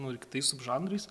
nu ir kitais sub žanrais